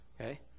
Okay